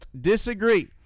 Disagree